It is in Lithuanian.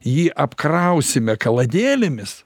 jį apkrausime kaladėlėmis